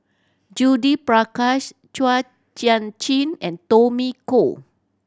Judith Prakash Chua Sian Chin and Tommy Koh